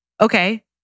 okay